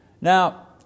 Now